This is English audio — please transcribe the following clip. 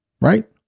right